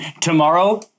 tomorrow